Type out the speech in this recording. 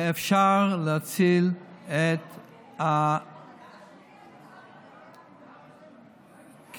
אפשר להציל את, מ-300